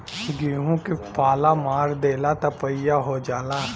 गेंहू के पाला मार देला त पइया हो जाला